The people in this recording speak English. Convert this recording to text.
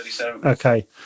Okay